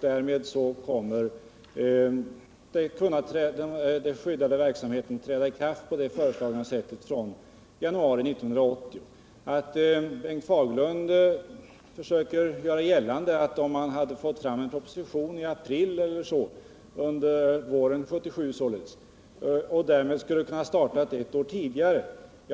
Därmed kommer den föreslagna inriktningen av den skyddade verksamheten att kunna träda i kraft från januari 1980. Bengt Fagerlund försöker göra gällande att man skulle kunna ha startat ett år tidigare